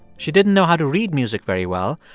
she didn't know how to read music very well,